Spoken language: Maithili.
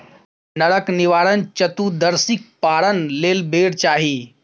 नरक निवारण चतुदर्शीक पारण लेल बेर चाही